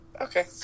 Okay